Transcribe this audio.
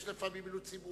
לפעמים יש אילוצים,